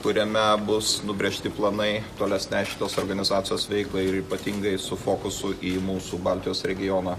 kuriame bus nubrėžti planai tolesnei šitos organizacijos veiklai ir ypatingai su fokusu į mūsų baltijos regioną